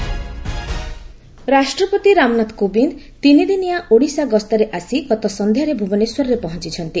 ରାଷ୍ଟ୍ରପତି ରାଉରକେଲା ରାଷ୍ଟ୍ରପତି ରାମନାଥ କୋବିନ୍ଦ ତିନିଦିନିଆ ଓଡିଶା ଗସ୍ତରେ ଆସି ଗତ ସନ୍ଧ୍ୟାରେ ଭୁବନେଶ୍ୱରରେ ପହଞ୍ଚୁଛନ୍ତି